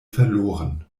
verloren